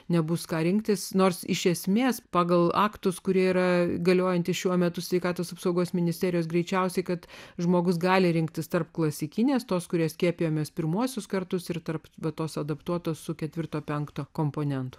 nebus ką rinktis nors iš esmės pagal aktus kurie yra galiojantys šiuo metu sveikatos apsaugos ministerijos greičiausiai kad žmogus gali rinktis tarp klasikinės tuos kurie skiepijomės pirmuosius kartus ir tarp bet tuos adaptuotus su ketvirto penkto komponentų